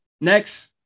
Next